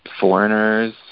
foreigners